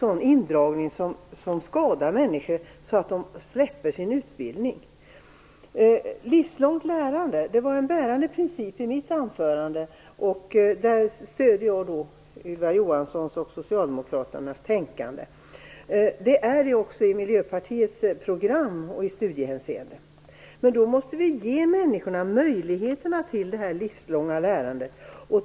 Jag talade om ett livslångt lärande som en bärande princip i mitt anförande. Jag stöder Ylva Johanssons och socialdemokraternas tänkande i det fallet. Det finns också med i Miljöpartiets program. Men vi måste ge människorna möjligheter till detta livslånga lärande.